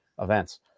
events